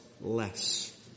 less